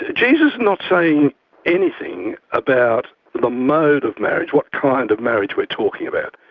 ah jesus is not saying anything about the mode of marriage, what kind of marriage we're talking about.